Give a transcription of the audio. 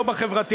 לא בחברתי,